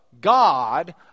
God